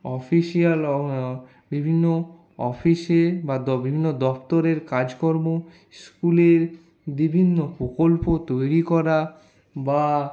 official বিভিন্ন অফিসে বা বিভিন্ন দপ্তরের কাজকর্ম স্কুলের বিভিন্ন প্রকল্প তৈরি করা বা